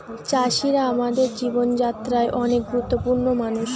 চাষিরা আমাদের জীবন যাত্রায় অনেক গুরুত্বপূর্ণ মানুষ